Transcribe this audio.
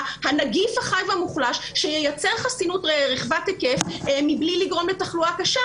הנגיף החי והמוחלש שייצר חסינות רחבת היקף מבלי לגרום לתחלואה קשה.